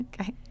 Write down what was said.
Okay